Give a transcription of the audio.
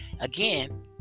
again